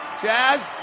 jazz